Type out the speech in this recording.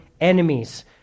Enemies